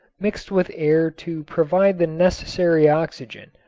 mixed with air to provide the necessary oxygen,